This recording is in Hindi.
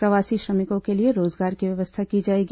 प्रवासी श्रमिकों के लिए रोजगार की व्यवस्था की जाएगी